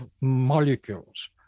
molecules